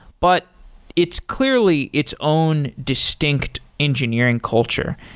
but it's clearly its own distinct engineering culture.